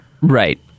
Right